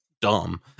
dumb